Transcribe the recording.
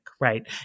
right